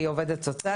והיא עובדת סוציאלית.